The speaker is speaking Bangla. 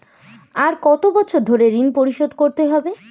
আর কত বছর ধরে ঋণ পরিশোধ করতে হবে?